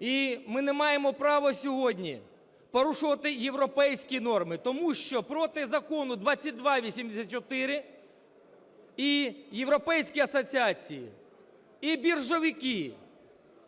І ми не маємо права сьогодні порушувати європейські норми. Тому що проти Закону 2284 і європейські асоціації, і біржовики,